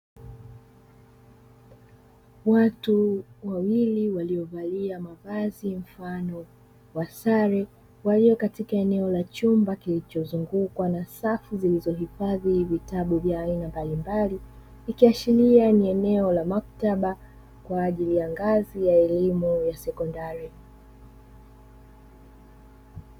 Watu wawili waliyovalia mavazi mfano wa sare, walio katika eneo la chumba kilichozungukwa na safu zilizohifadhi vitabu vya aina mbalimbali, ikiashiria ni eneo la maktaba kwa ajili ya ngazi ya elimu ya sekondari.